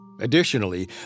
Additionally